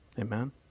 Amen